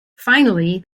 finally